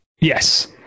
Yes